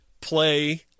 play